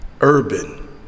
urban